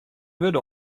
wurde